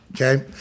Okay